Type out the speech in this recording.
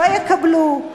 לא יקבלו.